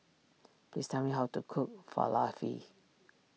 please tell me how to cook Falafel